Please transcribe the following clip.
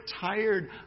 tired